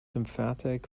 lymphatic